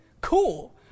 Cool